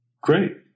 Great